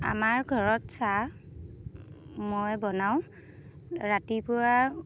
মাৰ ঘৰত চাহ মই বনাওঁ ৰাতিপুৱাৰ